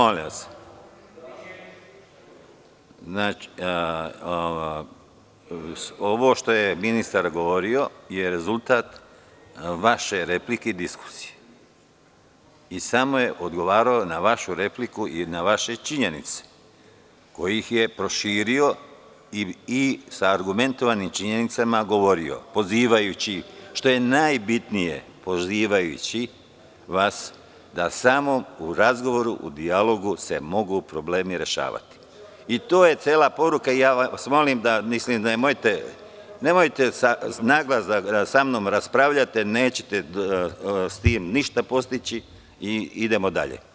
Ovo što je ministar govorio je rezultat vaše replike i diskusije i samo je odgovarao na vašu repliku i na vaše činjenice, koji ih je proširio i sa argumentovanim činjenicama govorio pozivajući, što je najbitnije, vas da samo u razgovoru u dijalogu se mogu problemi rešavati. [[Narodni poslanik Riza Halimi, dobacuje sa mesta, ali se ne čuje.]] To je cela poruka i ja vas molim da ne raspravljate sa mnom na glas, nećete sa tim ništa postići i idemo dalje.